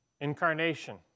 incarnation